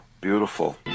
beautiful